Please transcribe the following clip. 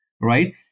right